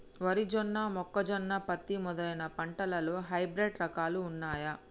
వరి జొన్న మొక్కజొన్న పత్తి మొదలైన పంటలలో హైబ్రిడ్ రకాలు ఉన్నయా?